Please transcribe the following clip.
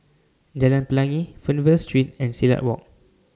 Jalan Pelangi Fernvale Street and Silat Walk